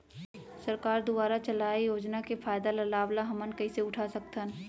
सरकार दुवारा चलाये योजना के फायदा ल लाभ ल हमन कइसे उठा सकथन?